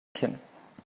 kinn